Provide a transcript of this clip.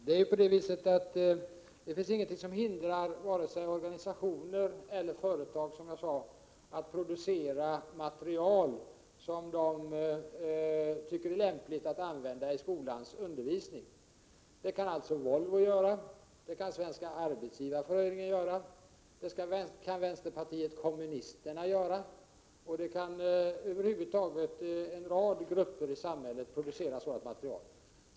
Herr talman! Det finns ingenting som hindrar vare sig organisationer eller företag, som jag sade, att producera material som de tycker är lämpligt att använda i skolans undervisning. Det kan alltså Volvo göra. Det kan Svenska arbetsgivareföreningen göra. Det kan vänsterpartiet kommunisterna göra. Över huvud taget kan en rad grupper i samhället producera sådant material.